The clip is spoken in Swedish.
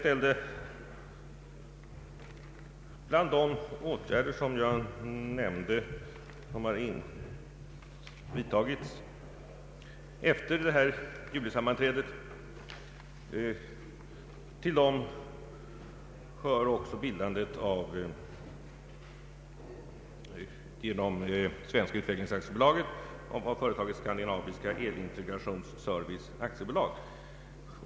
Till de åtgärder som har vidtagits efter julisammanträdet hör också bildandet av — genom Svenska utvecklings AB — företaget Skandinaviska el-inte grations service AB.